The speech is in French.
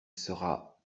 sera